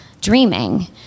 dreaming